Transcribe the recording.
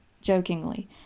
jokingly